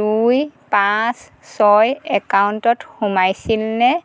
দুই পাঁচ ছয় একাউণ্টত সোমাইছিল নে